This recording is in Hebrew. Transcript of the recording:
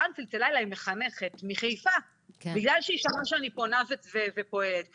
פעם צלצלה אליי מחנכת מחיפה בגלל שמעה שאני פונה ופועלת ואמרה: